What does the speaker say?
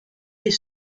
est